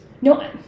No